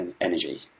energy